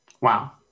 wow